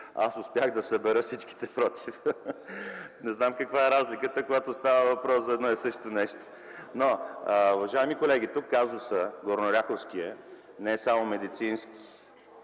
Аз успях да събера всичките „против”. Не зная каква е разликата, когато става въпрос за едно и също нещо. Уважаеми колеги, тук горнооряховският казус не е само медицински.